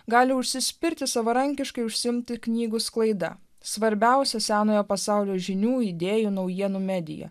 gali užsispirti savarankiškai užsiimti knygų sklaida svarbiausio senojo pasaulio žinių idėjų naujienų medija